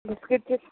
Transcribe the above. भिस्कीटचेच